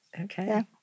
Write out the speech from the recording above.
Okay